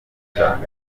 cyane